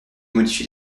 modifier